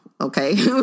Okay